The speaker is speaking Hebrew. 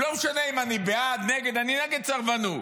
לא משנה אם אני בעד, נגד, אני נגד סרבנות,